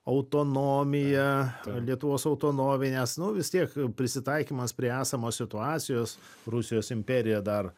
autonomiją lietuvos autonomines nes nu vis tiek prisitaikymas prie esamos situacijos rusijos imperija dar